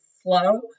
slow